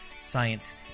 science